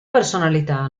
personalità